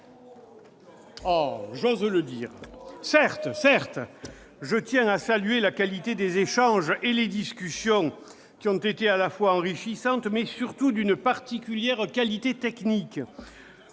J'ose le dire ! Certes, je tiens à saluer la qualité des échanges et les discussions qui ont été enrichissantes, mais surtout d'une particulière qualité technique